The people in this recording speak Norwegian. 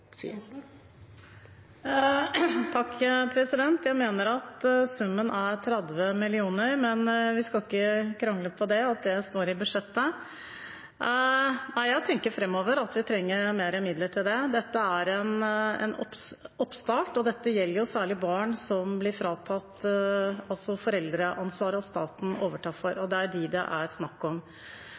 Jeg mener summen er 30 mill. kr, og at det står i budsjettet, men vi skal ikke krangle om det. Jeg tenker at vi trenger mer midler til dette fremover. Dette er en oppstart og gjelder særlig barn der staten overtar foreldreansvaret. Det er dem det er snakk om.